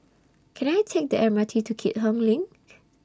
Can I Take The M R T to Keat Hong LINK